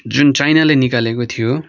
जुन चाइनाले निकालेको थियो